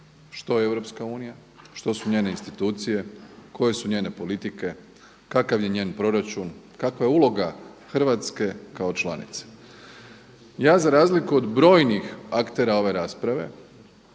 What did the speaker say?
što je Europska unija, što su njene institucije, koje su njene politike, kakav je njen proračun, kakva je uloga Hrvatske kao članice. Ja za razliku od brojnih aktera ove rasprave